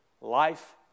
life